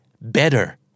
better